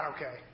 okay